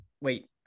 Wait